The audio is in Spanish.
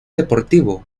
deportivo